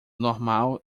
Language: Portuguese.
normal